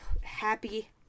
Happy